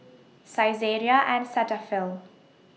Saizeriya and Cetaphil